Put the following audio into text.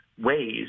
ways